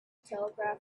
telegraph